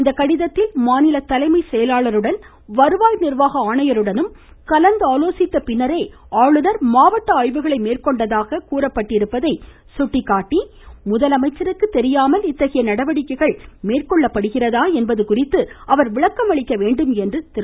இந்தக் கடிதத்தில் மாநில தலைமை செயலாளருடனும் வருவாய் நிர்வாக ஆணையருடனும் கலந்து ஆலோசித்த பின்னரே ஆளுநர் மாவட்ட ஆய்வுகளை மேற்கொண்டதாக கூறப்பட்டிருப்பதை சுட்டிக்காட்டி முதலமைச்சருக்கு தெரியாமல் இத்தகைய நடவடிக்கைகள் மேற்கொள்ளப்படுகிறதா என்பது குறித்து அவர் விளக்கமளிக்க வேண்டும் என்று திரு